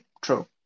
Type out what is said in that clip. true